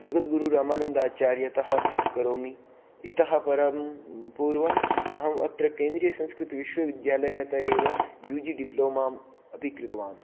जगद्गुरुरामानन्दाचार्यतः करोमि इतः परं पूर्वम् अहम् अत्र केन्द्रीयसंस्कृतविश्वविद्यालयतः एव यु जि डिप्लोमाम् अपि कृतवान्